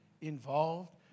involved